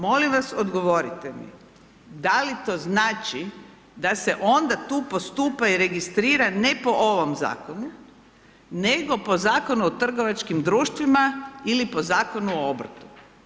Molim vas, odgovorite mi, da li to znači da se onda tu postupa i registrira, ne po ovom Zakonu, nego po Zakonu o trgovačkim društvima ili po Zakonu o obrtu?